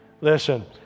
Listen